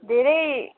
धेरै